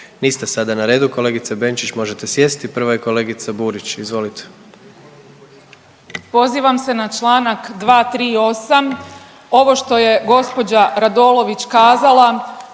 Niste sada na redu kolegice Benčić možete sjesti, prva je kolegica Burić, izvolite. **Burić, Majda (HDZ)** Pozivam se na čl. 238., ovo što je gđa. Radolović kazala,